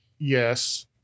Yes